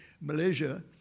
Malaysia